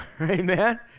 amen